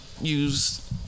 use